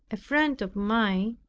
a friend of mine,